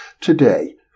today